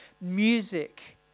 music